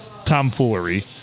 tomfoolery